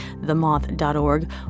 themoth.org